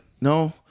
no